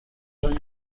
años